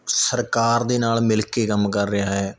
ਸਰਕਾਰ ਦੇ ਨਾਲ ਮਿਲ ਕੇ ਕੰਮ ਕਰ ਰਿਹਾ ਹੈ